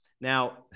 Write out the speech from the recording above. Now